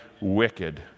wicked